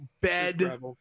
bed